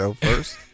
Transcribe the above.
first